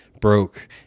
broke